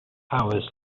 powers